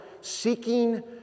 seeking